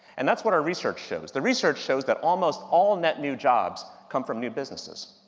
and that's what our research shows. the research shows that almost all net new jobs come from new businesses.